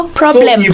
problem